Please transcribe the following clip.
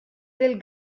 del